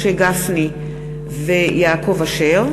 משה גפני ויעקב אשר,